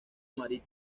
marino